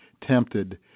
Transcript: tempted